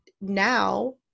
Now